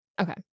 Okay